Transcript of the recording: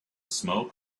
smoke